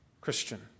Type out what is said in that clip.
Christian